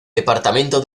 departamento